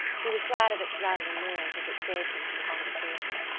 he was glad of its rattling noise as it saved him from conversation.